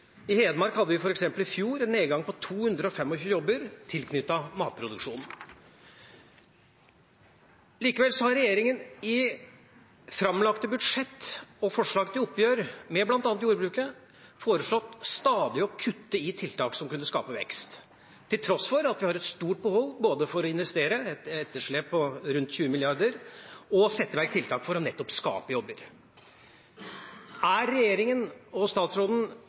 I Hedmark hadde vi f.eks. i fjor en nedgang på 225 jobber tilknyttet matproduksjon. Likevel har regjeringa i framlagte budsjett og forslag til oppgjør i bl.a. jordbruket stadig foreslått å kutte i tiltak som kunne skape vekst, til tross for at vi har et stort behov for både å investere, et etterslep på rundt 20 mrd. kr, og å sette i verk tiltak for nettopp å skape jobber. Er regjeringa og statsråden